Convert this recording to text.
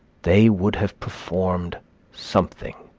they would have performed something.